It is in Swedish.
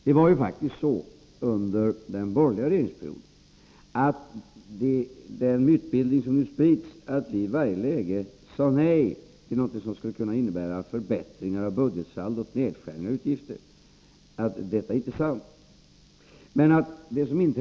Det sprids en myt att vi under den borgerliga regeringsperioden i varje läge sade nej till vad som skulle kunna innebära förbättring av budgetsaldot och nedskärning av utgifter. Detta är inte sant.